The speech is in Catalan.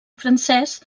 francès